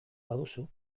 baduzu